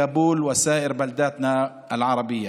בכאבול ובשאר היישובים הערביים.